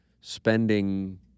spending